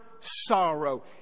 sorrow